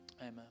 amen